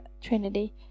Trinity